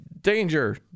danger